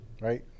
right